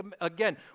again